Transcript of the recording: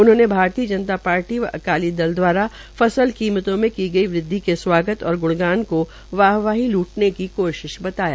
उन्होंने भारतीय जनता पार्टी व आकाली दल दवारा फसल कीमतों में की गई वृदवि के स्वागत और ग्णगान को वाहवाही लूटने की कोशिश बताया